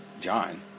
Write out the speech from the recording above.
John